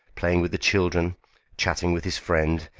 playing with the children chatting with his friend,